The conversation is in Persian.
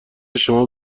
شما